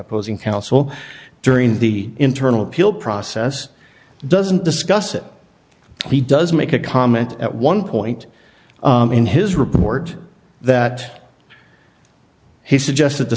opposing counsel during the internal appeal process doesn't discuss it he does make a comment at one point in his report that he suggests th